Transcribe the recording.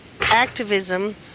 Activism